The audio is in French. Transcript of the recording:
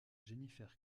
jennifer